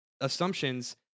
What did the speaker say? assumptions